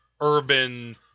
urban